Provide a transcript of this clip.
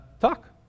talk